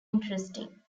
interesting